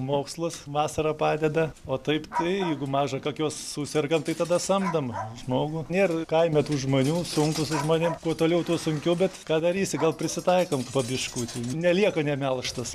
mokslus vasarą padeda o taip tai jeigu maža kokios susergam tai tada samdom žmogų nėra kaime tų žmonių sunku su žmonėm kuo toliau tuo sunkiau bet ką darysi gal prisitaikom po biškutį nelieka nemelžtos